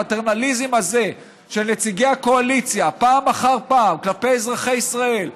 הפטרנליזם הזה של נציגי הקואליציה פעם אחר פעם כלפי אזרחי ישראל,